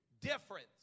difference